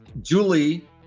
Julie